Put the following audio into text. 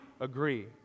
agree